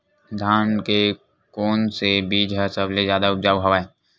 धान के कोन से बीज ह सबले जादा ऊपजाऊ हवय?